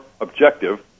objective